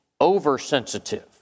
oversensitive